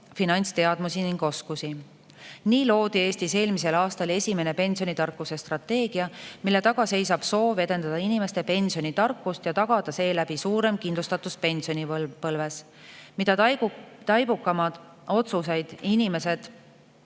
finantsteadmisi ning ‑oskusi. Nii loodi Eestis eelmisel aastal esimene pensionitarkuse strateegia, mille taga seisab soov edendada inimeste pensionitarkust, et tagada selle kaudu suurem kindlustatus pensionipõlves. Mida taibukamaid otsuseid inimesed